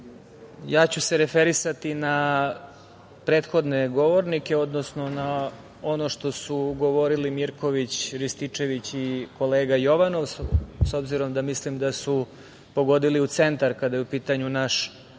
ja ću se referisati na prethodne govornike, odnosno na ono što su govorili Mirković, Rističević i kolega Jovanov, s obzirom da mislim da su pogodili u centar kada je u pitanju naš